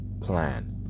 plan